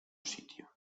sitio